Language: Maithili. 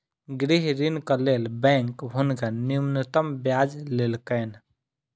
गृह ऋणक लेल बैंक हुनका न्यूनतम ब्याज लेलकैन